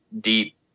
deep